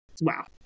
wow